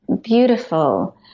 beautiful